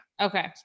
Okay